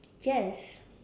yes